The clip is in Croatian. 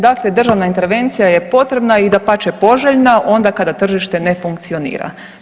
Dakle, državna intervencija je potrebna i dapače poželjna onda kada tržište ne funkcionira.